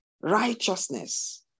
righteousness